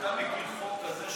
הוא מעגן את המצב היום,